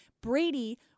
Brady